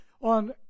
on